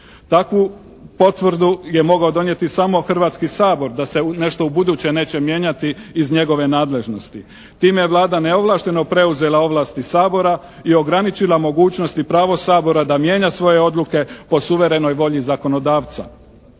Takvu potvrdu je mogao donijeti samo Hrvatski sabor da se nešto ubuduće neće mijenjati iz njegove nadležnosti. Tim je Vlada neovlašteno preuzela ovlasti Sabora i ograničila mogućnost i pravo Sabora da mijenja svoje odluke po suverenoj volji zakonodavca.